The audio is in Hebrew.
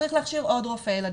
צריך להכשיר עוד רופאי ילדים,